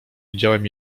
widziałem